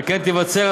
וכן תיווצר,